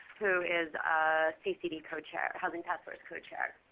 who is a ccd co-chair, housing task force co-chair.